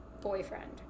boyfriend